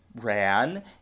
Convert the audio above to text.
ran